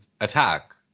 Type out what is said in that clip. attack